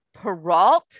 Peralt